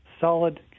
solid